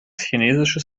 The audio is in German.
chinesisches